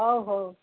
ହଉ ହଉ